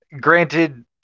granted